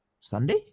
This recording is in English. Sunday